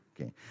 okay